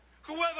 Whoever